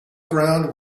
ground